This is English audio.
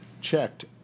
checked